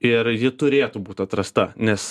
ir ji turėtų būt atrasta nes